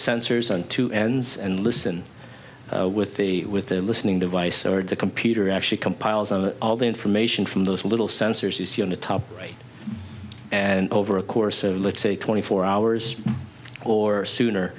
sensors on two ends and listen with the with the listening device or the computer actually compiles all the information from those little sensors you see on the top right and over a course of let's say twenty four hours or sooner